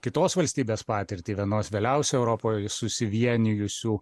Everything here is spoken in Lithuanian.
kitos valstybės patirtį vienos vėliausiai europoj susivienijusių